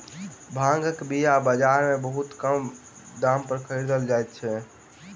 भांगक बीया बाजार में बहुत कम दाम पर खरीदल जा सकै छै